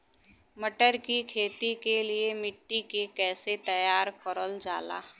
मटर की खेती के लिए मिट्टी के कैसे तैयार करल जाला?